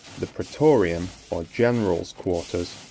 the praetorium, or general's quarters,